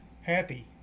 Happy